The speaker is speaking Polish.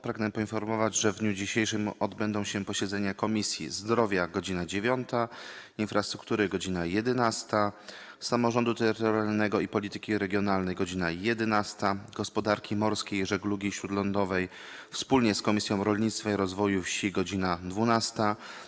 Pragnę poinformować, że w dniu dzisiejszym odbędą się posiedzenia Komisji: - Zdrowia - godz. 9, - Infrastruktury - godz. 11, - Samorządu Terytorialnego i Polityki Regionalnej - godz. 11, - Gospodarki Morskiej i Żeglugi Śródlądowej wspólnie z Komisją Rolnictwa i Rozwoju Wsi - godz. 12,